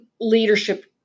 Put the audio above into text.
leadership